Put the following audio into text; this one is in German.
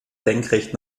senkrecht